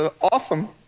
awesome